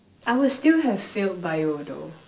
I would still have failed Bio though